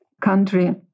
country